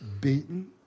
beaten